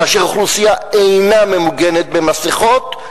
כאשר אוכלוסייה אינה ממוגנת במסכות,